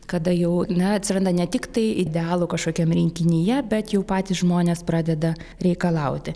kada jau na atsiranda ne tiktai idealų kažkokiam rinkinyje bet jau patys žmonės pradeda reikalauti